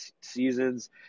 seasons